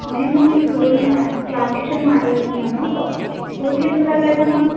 నేను మీ స్కూల్ మీ క్లాస్ టీచర్ని మాట్లాడుతున్నాను స్కూల్కి ఏందుకు రావట్లేదమ్మ